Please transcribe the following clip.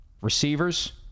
Receivers